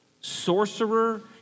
sorcerer